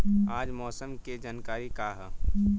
आज मौसम के जानकारी का ह?